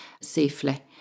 safely